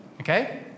okay